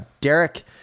Derek